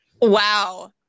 Wow